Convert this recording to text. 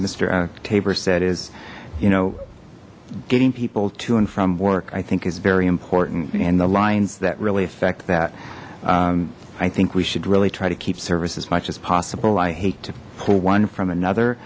mister taber said is you know getting people to and from work i think is very important and the lines that really affect that i think we should really try to keep service as much as possible i hate to pull one from